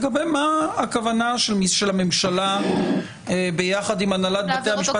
לגבי הכוונה של הממשלה יחד עם הנהלת בתי המשפט.